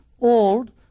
old